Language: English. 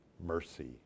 mercy